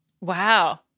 Wow